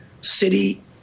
city